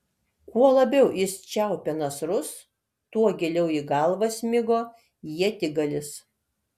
kuo labiau jis čiaupė nasrus tuo giliau į galvą smigo ietigalis